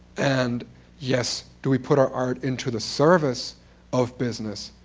and yes, do we put our art into the service of business?